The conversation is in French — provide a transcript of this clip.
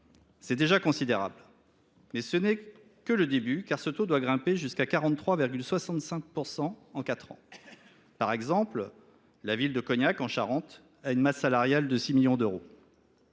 C’est déjà considérable, mais ce n’est que le début, car ce taux doit grimper jusqu’à 43,65 % en 2028. Par exemple, la ville de Cognac, en Charente, a une masse salariale de 6 millions d’euros.